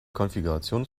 konfiguration